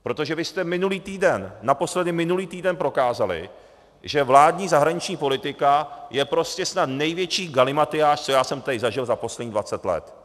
Protože vy jste minulý týden, naposledy minulý týden prokázali, že vládní zahraniční politika je prostě snad největší galimatyáš, co jsem tady zažil za posledních dvacet let.